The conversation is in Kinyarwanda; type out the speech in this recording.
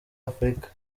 afurika